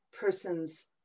person's